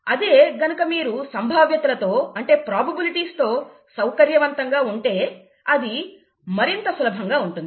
అదే గనుక మీరు సంభావ్యతలతో సౌకర్యవంతంగా ఉంటే అదే మరింత సులభంగా ఉంటుంది